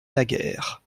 naguère